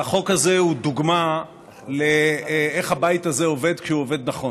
החוק הזה הוא דוגמה לאיך הבית הזה עובד כשהוא עובד נכון.